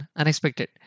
unexpected